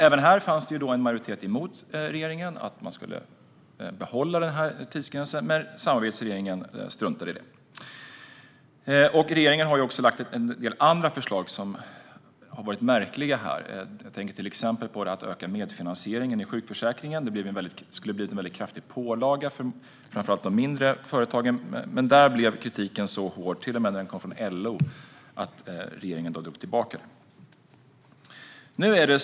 Även här fanns det en majoritet som var emot regeringen och ville att man skulle behålla tidsgränsen, men samarbetsregeringen struntade i det. Regeringen har också lagt fram en del andra förslag som har varit märkliga. Jag tänker till exempel på förslaget att öka medfinansieringen i sjukförsäkringen. Det skulle ha blivit en kraftig pålaga för framför allt de mindre företagen. Men där blev kritiken så hård, till och med när den kom från LO, att regeringen drog tillbaka förslaget.